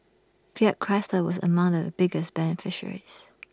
fiat Chrysler was among the biggest beneficiaries